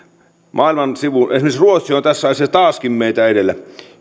esimerkiksi ruotsi on tässä asiassa taaskin meitä edellä